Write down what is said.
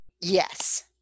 Yes